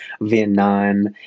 Vietnam